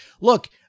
Look